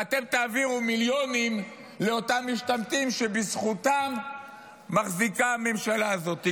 ואתם תעבירו מיליונים לאותם משתמטים שבזכותם מחזיקה הממשלה הזאת.